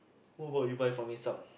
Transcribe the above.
what about you buy for me some